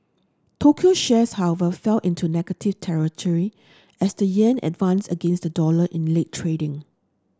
Tokyo shares however fell into negative territory as the yen advanced against the dollar in late trading